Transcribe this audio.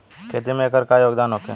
खेती में एकर का योगदान होखे?